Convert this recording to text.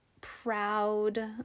proud